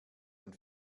den